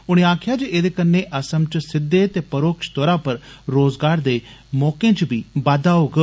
उनें आक्खेआ जे एदे कन्ने असम च सिद्दे ते परोक्ष तौर पर रोजगार दे मौके च बी बाद्दा होग